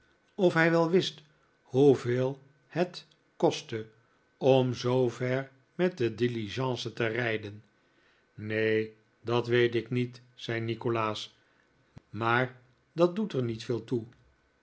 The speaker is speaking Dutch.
of hij wel wist hoeveel het kostte om zoover met de diligence te rijden neen dat weet ik niet zei nikolaas maar dat doet er niet veel toe